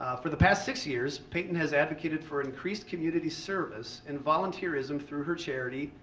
for the past six years, peyton has advocated for increased community service and volunteerism through her charity,